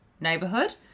neighborhood